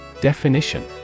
Definition